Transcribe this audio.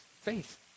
faith